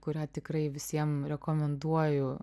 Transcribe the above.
kurią tikrai visiem rekomenduoju